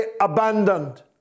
abandoned